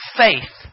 faith